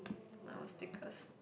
our stickers